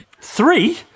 Three